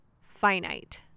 Finite